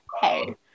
hey